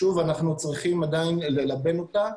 שוב, אנחנו צריכים עדיין ללבן אותה.